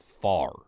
far